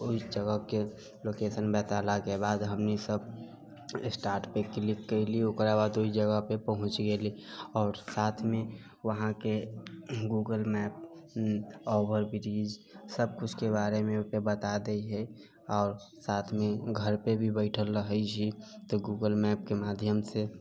ओहि जगहके लोकेशन बतेलाके बाद हमनी सब स्टार्ट पे क्लिक कयली ओकरा बाद ओहि जगह पे पहुँच गेली आओर साथमे वहाँके गूगल मैप ओवेरब्रिज सब किछुके बारेमे बता दै हइ आओर साथमे घर पे भी बैठल रहैत छी तऽ गूगल मैपके माध्यम से